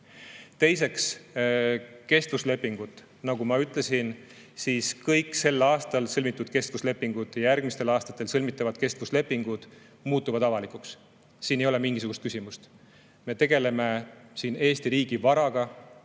Teiseks, kestvuslepingud. Nagu ma ütlesin, kõik sel aastal sõlmitud kestvuslepingud ja järgmistel aastatel sõlmitavad kestvuslepingud muutuvad avalikuks. Siin ei ole mingisugust küsimust. Me tegeleme siin Eesti riigi varaga.